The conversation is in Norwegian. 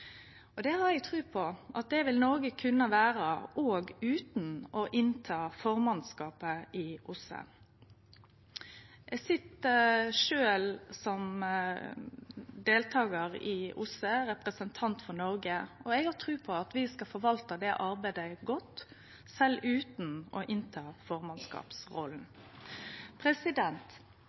Eg har tru på at Noreg vil kunne vere det òg utan å ha formannskapet i OSSE. Eg sit sjølv som deltakar og representant for Noreg i OSSE, og eg har tru på at vi skal forvalte det arbeidet godt sjølv utan å